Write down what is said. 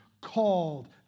called